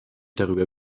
darüber